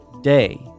day